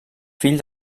fill